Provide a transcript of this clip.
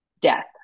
death